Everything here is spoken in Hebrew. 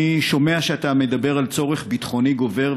אני שומע שאתה מדבר על צורך ביטחוני גובר,